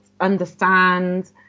understand